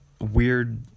weird